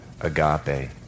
agape